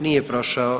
Nije prošao.